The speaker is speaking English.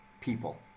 people